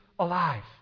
alive